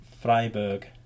Freiburg